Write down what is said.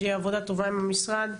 יש לי עבודה טובה עם המשרד.